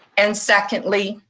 and secondly,